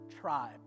tribe